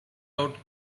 out